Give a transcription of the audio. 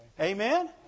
Amen